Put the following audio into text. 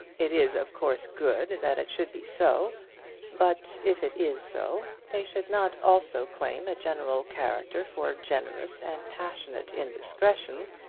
it is, of course, good that it should be so but if it is so, they should not also claim a general character for generous and passionate indiscretion,